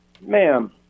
ma'am